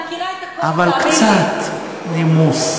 אני מכירה את הכול, תאמין לי.